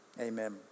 Amen